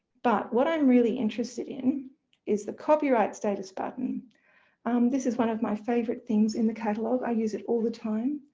but what i'm really interested in is the copyright status button um this is one of my favourite things in the catalogue, i use it all the time.